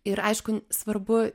ir aišku svarbu